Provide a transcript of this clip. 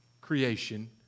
creation